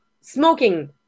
smoking